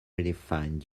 redefined